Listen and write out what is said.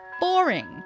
boring